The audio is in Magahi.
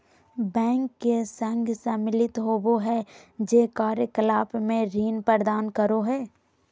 बैंक के संघ सम्मिलित होबो हइ जे कार्य कलाप में ऋण प्रदान करो हइ